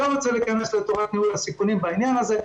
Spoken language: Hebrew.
אני לא רוצה להיכנס לתורת ניהול הסיכונים בעניין הזה.